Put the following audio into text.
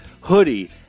hoodie